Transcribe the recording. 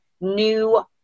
new